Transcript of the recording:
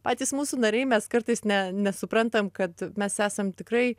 patys mūsų nariai mes kartais ne nesuprantam kad mes esam tikrai